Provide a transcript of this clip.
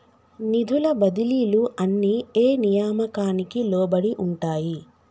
నిధుల బదిలీలు అన్ని ఏ నియామకానికి లోబడి ఉంటాయి?